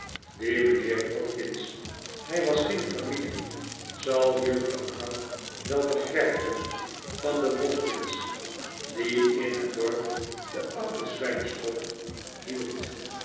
die mijnheer watkins hij was geen familie zal juffrouw knag wel begrijpen van den watkins die in het dorp de oude zwijnskop hield